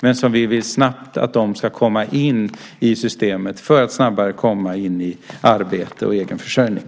Men vi vill att de snabbt ska komma in i systemet för att snabbare komma in i arbete och egen försörjning.